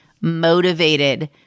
motivated